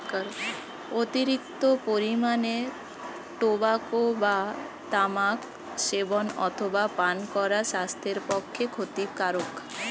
অতিরিক্ত পরিমাণে টোবাকো বা তামাক সেবন অথবা পান করা স্বাস্থ্যের পক্ষে ক্ষতিকারক